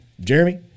Jeremy